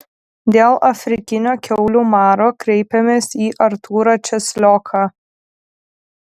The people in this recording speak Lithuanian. dėl afrikinio kiaulių maro kreipėmės į artūrą česlioką